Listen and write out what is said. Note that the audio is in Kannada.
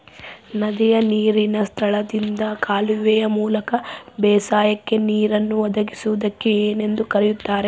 ನದಿಯ ನೇರಿನ ಸ್ಥಳದಿಂದ ಕಾಲುವೆಯ ಮೂಲಕ ಬೇಸಾಯಕ್ಕೆ ನೇರನ್ನು ಒದಗಿಸುವುದಕ್ಕೆ ಏನೆಂದು ಕರೆಯುತ್ತಾರೆ?